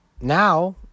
Now